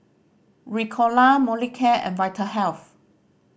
Ricola Molicare and Vitahealth